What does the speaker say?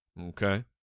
Okay